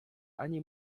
ani